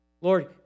Lord